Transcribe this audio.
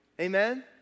Amen